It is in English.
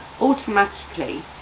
automatically